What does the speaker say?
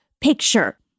picture